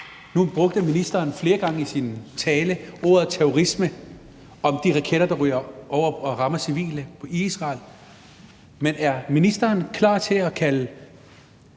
Nu brugte ministeren flere gange i sin tale ordet terrorisme i forbindelse med de raketter, der ryger over og rammer civile i Israel, men er ministeren klar til at kalde